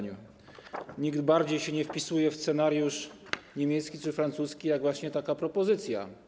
Nic bardziej się nie wpisuje w scenariusz niemiecki czy francuski jak właśnie taka propozycja.